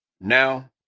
Now